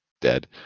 dead